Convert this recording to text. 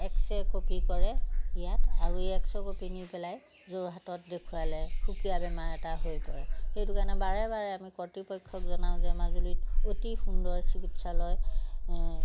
x ray copy কৰে ইয়াত আৰু এই এক্স ৰে কপি নি পেলাই যোৰহাটত দেখুৱালে সুকীয়া বেমাৰ এটা হৈ পৰে সেইটো কাৰণে বাৰে বাৰে আমি কৰ্তৃপক্ষক জনাওঁ যে মাজুলীত অতি সুন্দৰ চিকিৎসালয়